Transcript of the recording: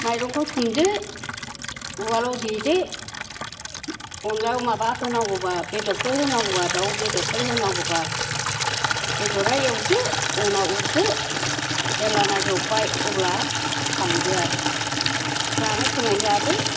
माइरंखौ सोमदो उवालआव देदो अनलायाव माबा होनांगौबा बेदरफोर होनांगौबा दाव बेदरफोर होनांगौबा बेदरआ एवदो उनाव उरदो जेब्लाना जबबाय अब्ला खांदो आरो जानाय समाव जादो